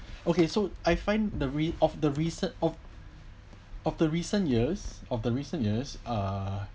okay so I find the re~ of the research of of the recent years of the recent years uh